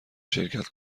شرکت